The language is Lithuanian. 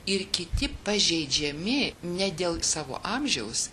ir kiti pažeidžiami ne dėl savo amžiaus